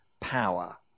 power